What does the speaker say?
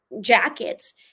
jackets